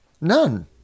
None